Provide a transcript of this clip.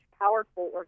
powerful